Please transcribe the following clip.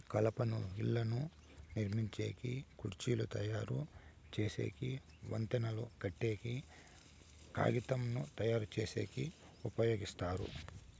కలపను ఇళ్ళను నిర్మించేకి, కుర్చీలు తయరు చేసేకి, వంతెనలు కట్టేకి, కాగితంను తయారుచేసేకి ఉపయోగిస్తారు